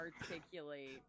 articulate